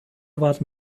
warten